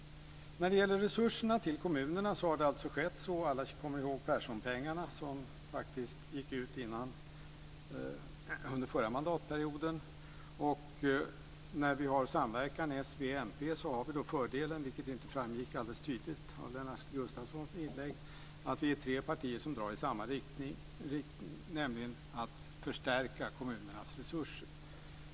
När det gäller resurserna till kommunerna kommer väl alla ihåg Perssonpengarna som faktiskt gick ut under förra mandatperioden. När vi har samverkan mellan s, v och mp har vi fördelen, vilket inte framgick alldeles tydligt av Lennart Gustavssons inlägg, att vi är tre partier som drar i samma riktning, nämligen att förstärka kommunernas resurser.